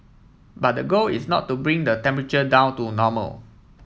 but the goal is not to bring the temperature down to normal